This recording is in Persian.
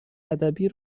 ادبی